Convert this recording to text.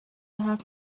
حرف